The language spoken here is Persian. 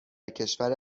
کشور